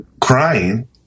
crying